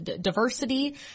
diversity